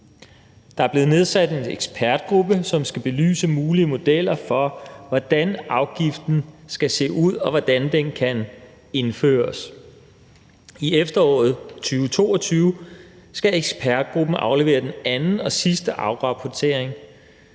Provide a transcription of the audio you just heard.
Der er blevet nedsat en ekspertgruppe, som skal belyse mulige modeller for, hvordan afgiften skal se ud, og hvordan den kan indføres. I efteråret 2022 skal ekspertgruppen aflevere den anden og sidste afrapportering,